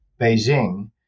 Beijing